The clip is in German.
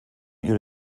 ihre